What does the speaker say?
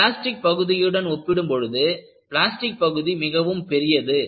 elastic பகுதியுடன் ஒப்பிடும் பொழுது பிளாஸ்டிக் பகுதி மிகவும் பெரியது